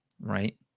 Right